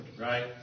Right